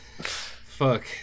fuck